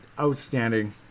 outstanding